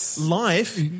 Life